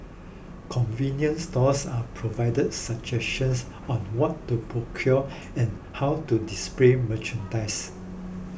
convenience stores are provided suggestions on what to procure and how to display merchandise